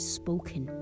spoken